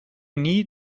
nie